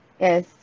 Yes